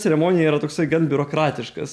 ceremonija yra toksai gan biurokratiškas